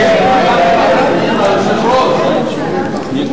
ההסתייגות של חבר הכנסת נחמן שי